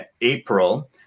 April